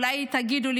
אולי תגידו לי,